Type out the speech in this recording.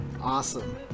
awesome